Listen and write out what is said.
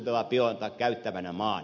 eikö ole näin